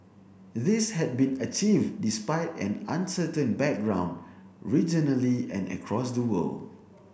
this had been achieved despite an uncertain background regionally and across the world